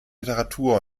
literatur